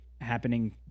happening